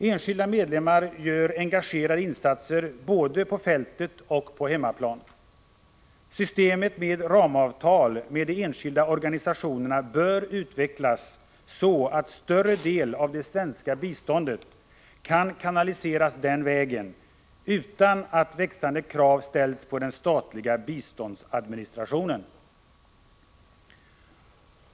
Enskilda medlemmar gör engagerade insatser både på fältet och på hemmaplan. Systemet med ramavtal med de enskilda organisationerna bör utvecklas så, att en större del av det svenska biståndet kan kanaliseras den vägen utan att växande krav ställs på den statliga biståndsadministrationen.